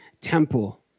temple